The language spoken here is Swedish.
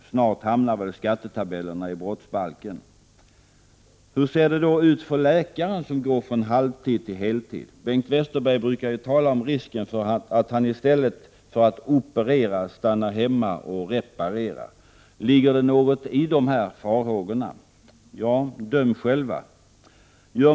Snart hamnar väl skattetabellerna i brottsbalken. Hur ser det då ut för läkaren som går från halvtid till heltid? Bengt Westerberg brukar tala om risken för att denne i stället för att operera stannar hemma och reparerar. Ligger det något i dessa farhågor? Ja, döm själva!